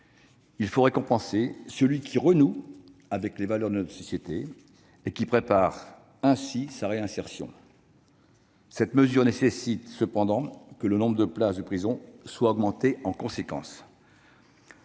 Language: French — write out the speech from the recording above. Il faut récompenser celui qui renoue avec les valeurs de notre société et qui prépare ainsi sa réinsertion. Cette mesure nécessite cependant que le nombre de places de prison soit augmenté en conséquence.